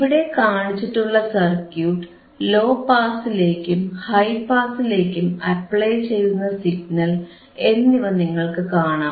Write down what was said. ഇവിടെ കാണിച്ചിട്ടുള്ള circuit low പാസിലേക്കും ഹൈ പാസിലേക്കും അപ്ലൈ ചെയ്യുന്ന സിഗ്നൽ എന്നിവ നിങ്ങൾക്കു കാണാം